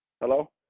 hello